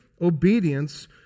obedience